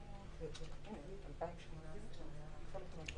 --- ב-2018 היה --- את יודעת מה?